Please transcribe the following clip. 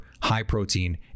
high-protein